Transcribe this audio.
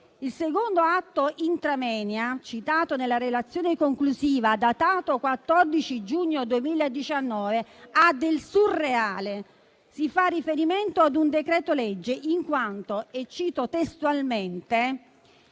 Il secondo atto *intra moenia*, citato nella relazione conclusiva e datato 14 giugno 2019, ha del surreale. Si fa riferimento a un decreto-legge in quanto - e cito testualmente